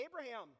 Abraham